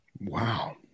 Wow